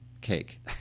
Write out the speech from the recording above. cake